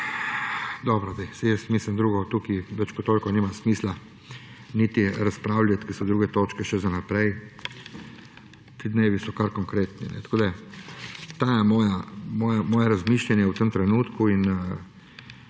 Dobro, saj jaz mislim, da več kot toliko nima smisla niti razpravljat, ker so druge točke še za naprej. Ti dnevi so kar konkretni. To je moje razmišljanje v tem trenutku in